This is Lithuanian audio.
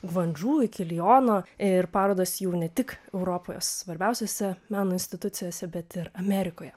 gvandžu iki lijono ir parodos jau ne tik europoje svarbiausiose meno institucijose bet ir amerikoje